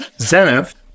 Zenith